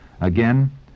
Again